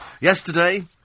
Yesterday